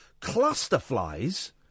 Clusterflies